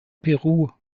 peru